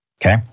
okay